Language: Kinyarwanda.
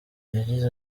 yagize